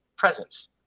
presence